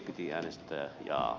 piti äänestää jaa